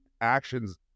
actions